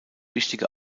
wichtige